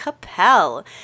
Capel